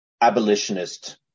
abolitionist